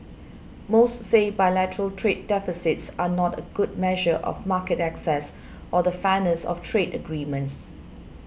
most say bilateral trade deficits are not a good measure of market access or the fairness of trade agreements